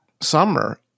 summer